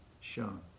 shown